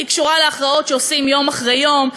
היא קשורה להכרעות שעושים יום אחרי יום,